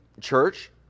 church